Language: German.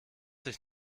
dich